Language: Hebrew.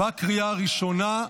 בקריאה הראשונה.